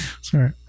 Sorry